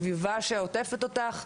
סביבה שעוטפת אותך,